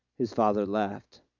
his father laughed.